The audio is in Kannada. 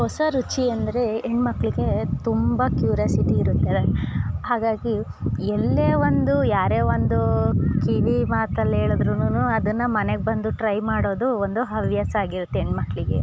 ಹೊಸ ರುಚಿ ಅಂದರೆ ಹೆಣ್ಣುಮಕ್ಳಿಗೆ ತುಂಬ ಕ್ಯೂರ್ಯಾಸಿಟಿ ಇರುತ್ತೆ ಹಾಗಾಗೀ ಎಲ್ಲೇ ಒಂದು ಯಾರೇ ಒಂದು ಕಿವಿ ಮಾತಲ್ಲಿ ಹೇಳುದ್ರೂನು ಅದನ್ನು ಮನೆಗೆ ಬಂದು ಟ್ರೈ ಮಾಡೋದು ಒಂದು ಹವ್ಯಾಸ ಆಗಿರುತ್ತೆ ಹೆಣ್ಣುಮಕ್ಳಿಗೆ